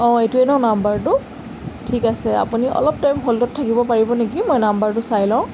অঁ এইটোৱে নহ্ নাম্বাৰটো ঠিক আছে আপুনি অলপ টাইম হ'ল্ডত থাকিব পাৰিব নেকি মই নাম্বাৰটো চাই লওঁ